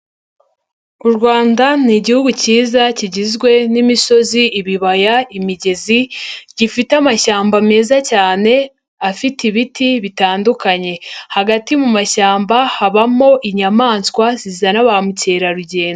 U Rwanda ni igihugu cyiza kigizwe n'imisozi, ibibaya, imigezi, gifite amashyamba meza cyane afite ibiti bitandukanye. Hagati mu mashyamba habamo inyamanswa zizana ba mukerarugendo.